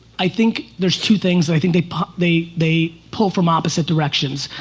i think there's two things that i think they pop, they they pull from opposite directions.